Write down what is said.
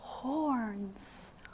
horns